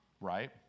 Right